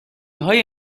های